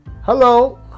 Hello